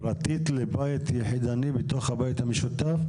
פרטי לבית יחיד בתוך הבית המשותף?